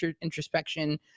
introspection